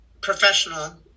professional